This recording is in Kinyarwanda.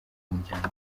umuryango